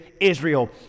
Israel